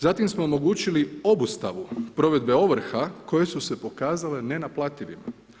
Zatim smo omogućili obustavu provjere ovrha koje su se pokazale nenaplativim.